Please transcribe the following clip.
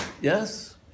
yes